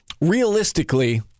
realistically